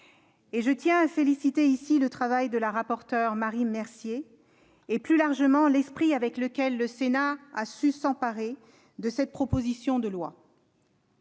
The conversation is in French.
Je tiens à saluer le travail de la rapporteure, Marie Mercier, et, plus largement, l'esprit avec lequel le Sénat a su s'emparer de cette proposition de loi.